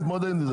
נתמודד עם זה.